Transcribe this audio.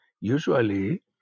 usually